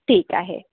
ठीक आहे